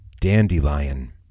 Dandelion